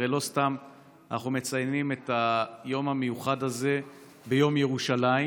הרי לא סתם אנחנו מציינים את היום המיוחד הזה ביום ירושלים,